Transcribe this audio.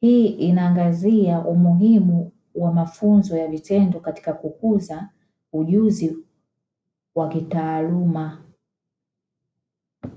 hii inaangazia umuhimu wa mafunzo ya vitendo katika kukuza ujuzi wa kitaaluma.